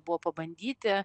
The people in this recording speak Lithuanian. buvo pabandyti